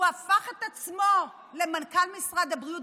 הוא הפך את עצמו למנכ"ל משרד הבריאות.